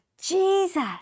Jesus